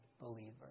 believer